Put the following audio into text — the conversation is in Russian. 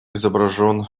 изображен